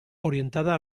orientada